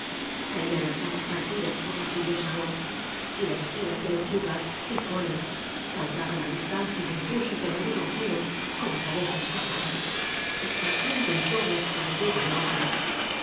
caían las habas partidas por la furiosa hoz y las filas ide lechugas y coles saltaban á distancia á imf pulsos del agudo acero como cabezas cortadas i esparciendo en torno su cabellera de hojas